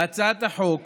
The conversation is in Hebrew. בהצעת החוק